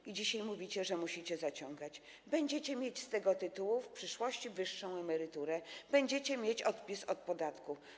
I dzisiaj mówicie, że: musicie to robić, będziecie mieć z tego tytułu w przyszłości wyższą emeryturę, będziecie mieć odpis od podatku.